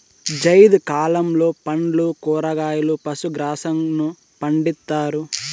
జైద్ కాలంలో పండ్లు, కూరగాయలు, పశు గ్రాసంను పండిత్తారు